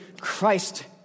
Christ